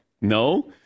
No